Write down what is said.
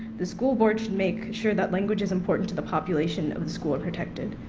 the school board should make sure that language is important to the population of the school and protect it.